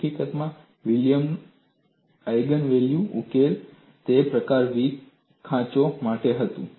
હકીકતમાં વિલિયમનું આઇજેનવેલ્યુ ઉકેલ તે પ્રકારના V ખાંચો માટે હતું